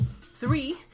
three